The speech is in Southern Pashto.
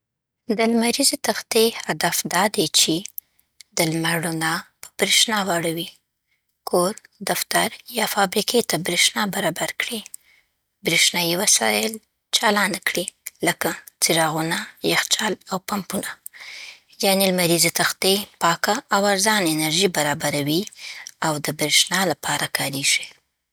د لمریزې تختې هدف دا دی چې: د لمر رڼا په برېښنا واړوي. کور، دفتر یا فابریکه ته برېښنا برابر کړي. برېښنايي وسایل چالان کړي، لکه څراغونه، یخچال او پمپونه. یعنې، لمریزې تختې پاکه او ارزانه انرژي برابروي او د برېښنا لپاره کارېږي.